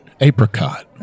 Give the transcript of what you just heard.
Apricot